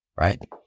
right